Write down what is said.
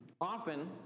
Often